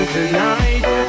Tonight